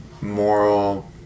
moral